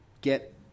get